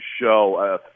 show